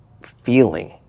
feeling